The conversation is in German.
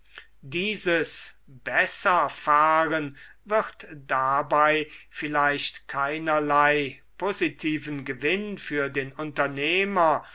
dieses besser fahren wird dabei vielleicht keinerlei positiven gewinn für den unternehmer